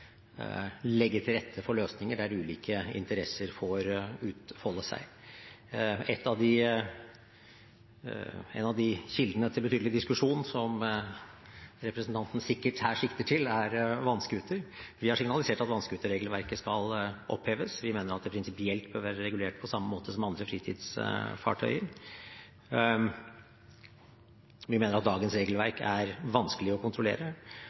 legge til rette for løsninger der ulike interesser får utfolde seg. En av kildene til betydelig diskusjon som representanten sikkert her sikter til, er vannscooter. Vi har signalisert at vannscooterregelverket skal oppheves. Vi mener at vannscooter prinsipielt bør være regulert på samme måte som andre fritidsfartøy. Vi mener at dagens regelverk er vanskelig å kontrollere.